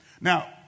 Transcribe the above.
Now